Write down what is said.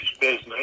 business